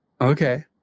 okay